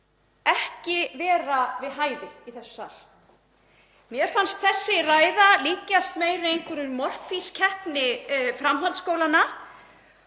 ekki vera við hæfi í þessum sal. Mér fannst þessi ræða líkjast meira einhverri Morfís-keppni framhaldsskólanna.